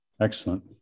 Excellent